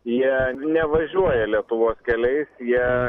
jie nevažiuoja lietuvos keliais jie